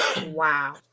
Wow